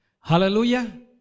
hallelujah